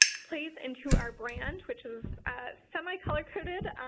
plays into our brand, which is a semi color-coded.